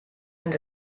and